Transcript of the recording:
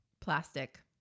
Plastic